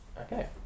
okay